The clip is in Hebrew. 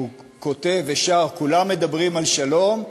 הוא כותב ושר: "כולם מדברים על שלום,